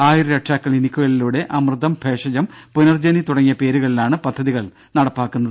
ആയുർ രക്ഷ ക്സിനിക്കുകളിലൂടെ അമൃതം ഭഭഷജം പുനർജനി തുടങ്ങിയ പേരുകളിലാണ് പദ്ധതികൾ നടപ്പാക്കുന്നത്